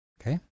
Okay